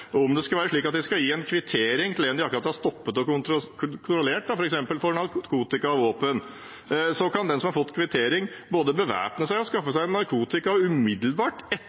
Om det skal være slik at de skal gi en kvittering til en de akkurat har stoppet og kontrollert, f.eks. for narkotika og våpen, kan den som har fått kvittering, både bevæpne seg og skaffe seg narkotika umiddelbart